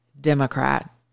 Democrat